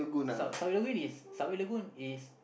sun~ Sunway-Lagoon Sunway-Lagoon is